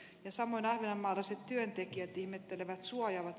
hur är det med den saken